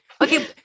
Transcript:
Okay